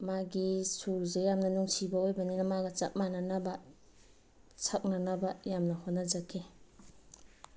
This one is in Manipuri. ꯃꯥꯒꯤ ꯁꯨꯔꯁꯦ ꯌꯥꯝꯅ ꯅꯨꯡꯁꯤꯕ ꯑꯣꯏꯕꯅꯤꯅ ꯃꯥꯒ ꯆꯞ ꯃꯥꯟꯅꯅꯕ ꯁꯛꯅꯅꯕ ꯌꯥꯝꯅ ꯍꯣꯠꯅꯖꯈꯤ